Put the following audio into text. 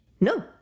No